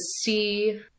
see